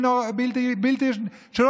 שום דבר מעשרת הדיברות לא השאירו שלם.